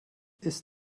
ist